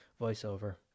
voiceover